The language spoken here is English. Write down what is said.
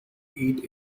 eat